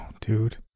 dude